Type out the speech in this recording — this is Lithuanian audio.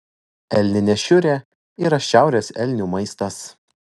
elninė šiurė yra šiaurės elnių maistas